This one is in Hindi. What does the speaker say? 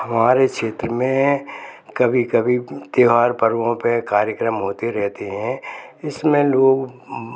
हमारे क्षेत्र में कभी कभी त्यौहार पर्वों पे कार्यक्रम होते रहते हैं इसमें लोग